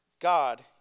God